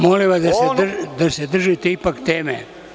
Molim vas da se držite ipak teme.